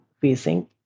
facing